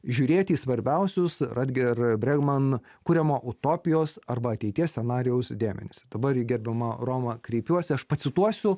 žiūrėti į svarbiausius rutger bregman kuriamo utopijos arba ateities scenarijaus dėmenis dabar į gerbiamą romą kreipiuosi aš pacituosiu